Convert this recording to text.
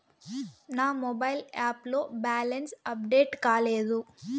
నా mobile app లో balance update కాలేదు